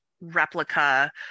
replica